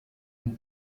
den